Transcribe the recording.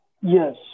Yes